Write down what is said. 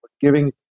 giving